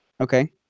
Okay